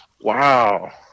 Wow